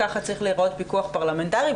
ככה צריך להיראות פיקוח פרלמנטרי,